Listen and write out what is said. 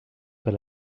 pas